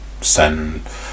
send